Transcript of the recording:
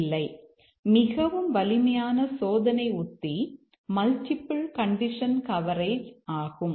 இல்லை மிகவும் வலிமையான சோதனை உத்தி மல்டிபிள் கண்டிஷன் கவரேஜ் ஆகும்